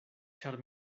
ĉar